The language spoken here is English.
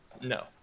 No